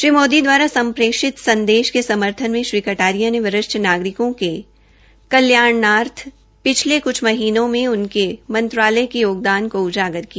श्री मोदी दवारा संप्रेषित संदेश के समर्थन में श्री कटारिया ने वरिष्ठ नागरिकों के कल्याणार्थ पिछले कुछ महीनों में उनके मंत्रालय के योगदान को उजागर किया